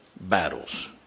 battles